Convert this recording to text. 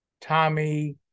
Tommy